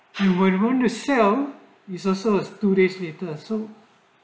you would want to sell is also as two days later so